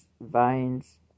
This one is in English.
vines